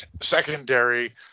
secondary